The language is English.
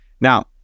Now